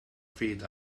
feet